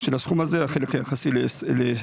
של הסכום הזה, החלק היחסי לתשפ"ד.